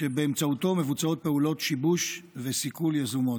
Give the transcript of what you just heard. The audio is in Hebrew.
שבאמצעותו מבוצעות פעולות שיבוש וסיכול יזומות.